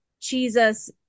Jesus